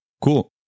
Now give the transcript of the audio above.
Cool